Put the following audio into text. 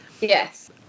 Yes